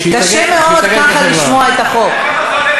קשה מאוד ככה לשמוע את החוק.